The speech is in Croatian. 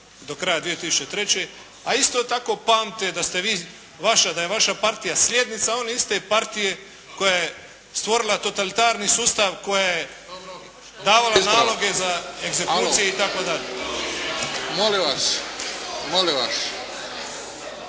do kraja 2003. a isto tako pamte da ste vi, da je vaša partija slijednica one partije koja je stvorila totalitarni sustav, koja je davala naloge za egzekucije itd. **Bebić, Luka